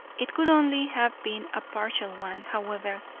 it could only have been a partial one, however,